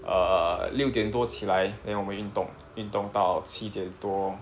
err 六点多起来 then 我们运动运动到七点多